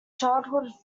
childhood